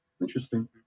Interesting